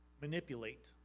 manipulate